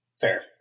Fair